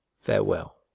Farewell